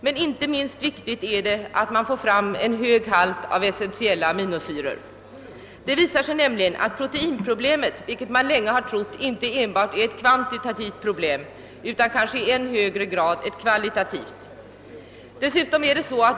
Men inte minst viktigt är det att man får fram en hög halt av essentiella aminosyror. Det visar sig nämligen att proteinproblemet inte — som man länge trott — endast är ett kvantitativt problem utan kanske i än högre grad ett kvalitativt.